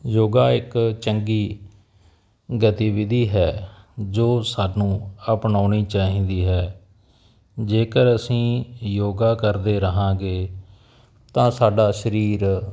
ਯੋਗਾ ਇੱਕ ਚੰਗੀ ਗਤੀਵਿਧੀ ਹੈ ਜੋ ਸਾਨੂੰ ਅਪਣਾਉਣੀ ਚਾਹੀਦੀ ਹੈ ਜੇਕਰ ਅਸੀਂ ਯੋਗਾ ਕਰਦੇ ਰਹਾਂਗੇ ਤਾਂ ਸਾਡਾ ਸਰੀਰ